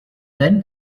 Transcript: then